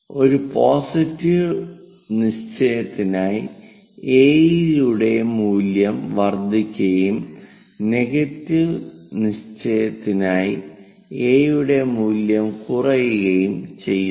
ഒരു പോസിറ്റീവ് നിശ്ചയത്തിനായി a യുടെ മൂല്യം വർദ്ധിക്കുകയും നെഗറ്റീവ് നിശ്ചയത്തിനായി a യുടെ മൂല്യം കുറയുകയും ചെയ്യുന്നു